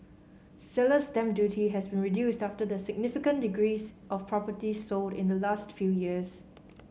seller's stamp duty has been reduced after the significant decrease of properties sold in the last few years